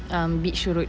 um beach road